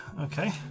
Okay